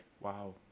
wow